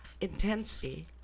intensity